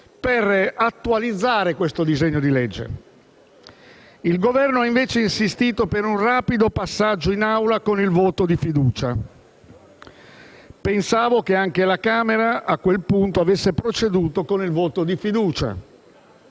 per attualizzare il disegno di legge. Il Governo ha invece insistito per un rapido passaggio in Assemblea con il voto di fiducia. Pensavo che anche la Camera a quel punto avesse preceduto con il voto di fiducia,